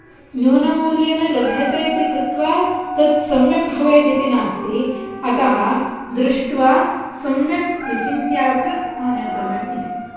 न्यूनमूल्येन लभ्यते इति कृत्वा तत् सम्यक् भवेदिति नास्ति अतः दृष्ट्वा सम्यक् विचिन्त्या च आनेतव्यम् इति